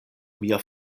mia